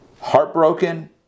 heartbroken